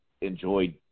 enjoyed